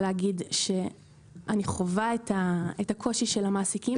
להגיד שאני חווה את הקושי של המעסיקים.